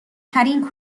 ترین